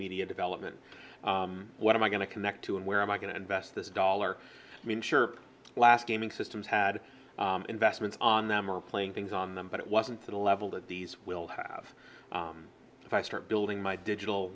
media development what am i going to connect to and where am i going to invest this dollar i mean sure last gaming systems had investments on them or playing things on them but it wasn't to the level that these will have if i start building my digital